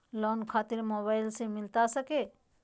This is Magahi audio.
लोन खातिर मोबाइल से मिलता सके?